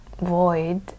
void